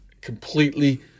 completely